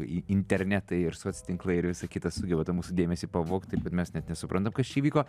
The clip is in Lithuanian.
i internetai ir soc tinklai ir visa kita sugeba tą mūsų dėmesį pavogti bet mes net nesuprantam kas čia įvyko